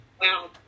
Wow